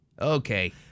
Okay